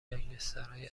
گنسگترهای